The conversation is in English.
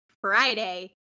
Friday